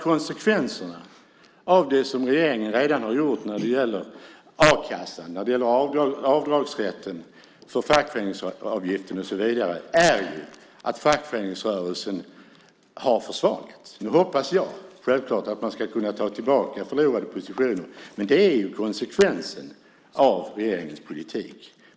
Konsekvenserna av det som regeringen redan har gjort när det gäller a-kassan, avdragsrätten för fackföreningsavgiften och så vidare är ju att fackföreningsrörelsen har försvagats. Nu hoppas jag självklart att man ska kunna ta tillbaka förlorade positioner, men det är ju konsekvensen av regeringens politik.